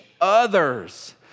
others